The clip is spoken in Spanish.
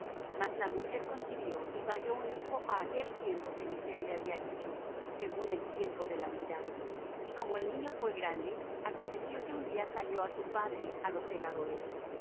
mas la mujer concibió y parió un hijo á aquel tiempo que eliseo le había dicho según el tiempo de la vida y como el niño fué grande aconteció que un día salió á su padre á los segadores